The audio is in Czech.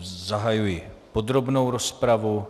Zahajuji podrobnou rozpravu.